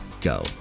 Go